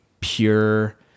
pure